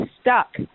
stuck